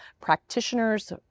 practitioners